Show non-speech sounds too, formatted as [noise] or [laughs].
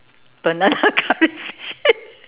banana curry [laughs] fish [laughs]